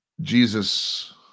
Jesus